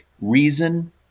reason